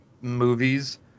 movies